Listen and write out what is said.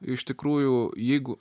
iš tikrųjų jeigu